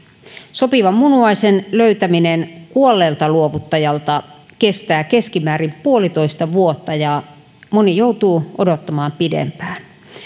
sopivan munuaisen löytäminen kuolleelta luovuttajalta kestää keskimäärin puolitoista vuotta ja moni joutuu odottamaan pidempään